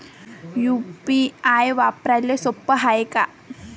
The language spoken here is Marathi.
यू.पी.आय वापराले सोप हाय का?